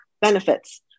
benefits